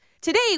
Today